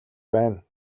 байна